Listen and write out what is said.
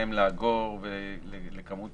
ביכולותיהם לאגור, ולכמות